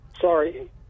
Sorry